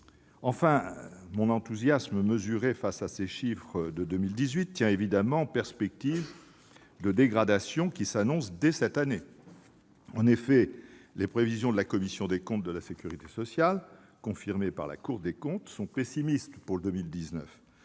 Enfin, mon enthousiasme mesuré face à ces chiffres de 2018 tient évidemment aux perspectives de dégradation qui s'annoncent dès cette année. En effet, les prévisions de la commission des comptes de la sécurité sociale, confirmées par la Cour des comptes, sont pessimistes pour 2019.